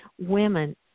women